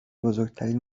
بزرگترین